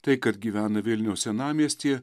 tai kad gyvena vilniaus senamiestyje